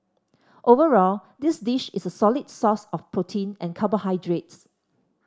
overall this dish is a solid source of protein and carbohydrates